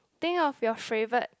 think of your favourite